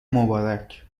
مبارک